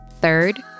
Third